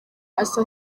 asa